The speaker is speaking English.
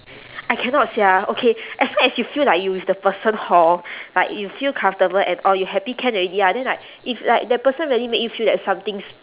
I cannot sia okay as long as you feel like you with the person hor like you feel comfortable and all you happy can already lah then like if like the person really make you feel that something s~